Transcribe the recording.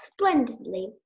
splendidly